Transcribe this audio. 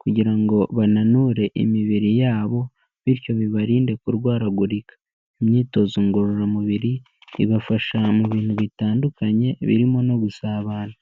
kugira ngo bananure imibiri yabo bityo bibarinde kurwaragurika. Imyitozo ngororamubiri ibafasha mu bintu bitandukanye birimo no gusabana.